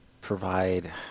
provide